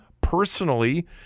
personally